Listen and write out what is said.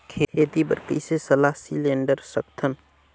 खेती बर कइसे सलाह सिलेंडर सकथन?